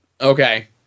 Okay